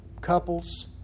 Couples